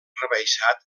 rebaixat